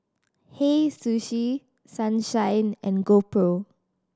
Hei Sushi Sunshine and GoPro